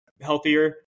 healthier